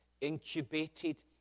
incubated